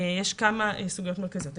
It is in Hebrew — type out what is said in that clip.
יש כמה סוגיות מרכזיות: